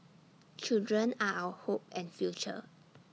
children are our hope and future